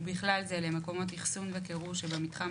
ובכלל זה למקומות אחסון וקירור שבמתחם